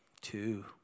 two